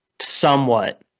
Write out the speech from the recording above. somewhat